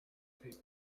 people